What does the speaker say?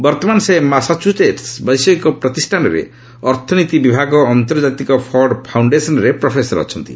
ବର୍ତ୍ତମାନ ସେ ମାସାଚୁସେଟ୍ସ ବୈଷୟିକ ପ୍ରତିଷ୍ଠାନରେ ଅର୍ଥନୀତି ବିଭାଗ ଆନ୍ତର୍ଜାତିକ ଫର୍ଡ୍ ଫାଉଶ୍ଡେସନ୍ରେ ପ୍ରଫେସର ଅଛନ୍ତି